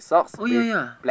oh ya ya